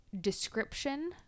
description